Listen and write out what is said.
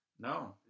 No